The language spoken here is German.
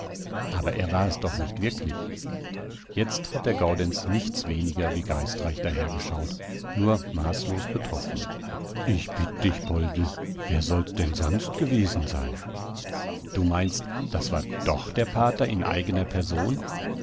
aber er war es doch nicht wirklich jetzt hat der gaudenz nichts weniger wie geistreich dahergeschaut nur maßlos betroffen ich bitt dich poldl wer soll's denn sonst gewesen sein du meinst das war doch der pater in eigener person